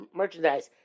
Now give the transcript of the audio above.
merchandise